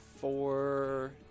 four